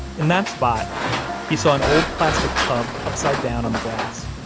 in that spot he saw an old plastic tub upside down on the grass.